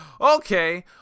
Okay